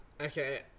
Okay